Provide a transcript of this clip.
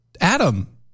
Adam